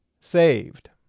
saved